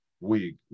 week